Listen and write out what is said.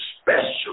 special